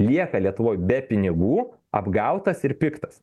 lieka lietuvoj be pinigų apgautas ir piktas